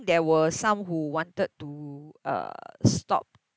there were some who wanted to uh stop